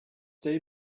day